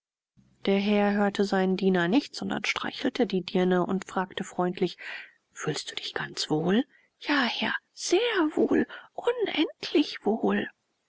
der herr hörte seinen diener nicht sondern streichelte die dirne und fragte freundlich fühlst du dich ganz wohl ja herr sehr wohl unendlich wohl